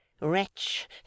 Wretch